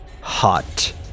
hot